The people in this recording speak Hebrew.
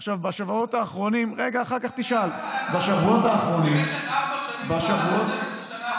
עכשיו, בשבועות האחרונים, אדוני השר, אדוני השר,